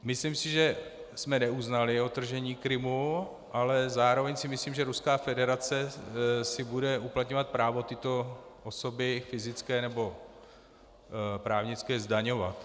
Myslím, že jsme neuznali odtržení Krymu, ale zároveň si myslím, že Ruská federace si bude uplatňovat právo tyto osoby fyzické nebo právnické zdaňovat.